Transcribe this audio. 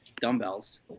dumbbells